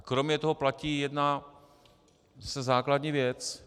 Kromě toho platí jedna základní věc.